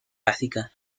básica